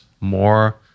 more